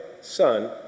Son